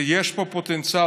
שיש פה פוטנציאל.